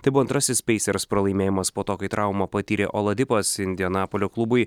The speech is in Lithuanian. tai buvo antrasis pacers pralaimėjimas po to kai traumą patyrė oladipas indianapolio klubui